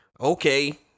okay